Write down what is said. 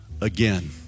again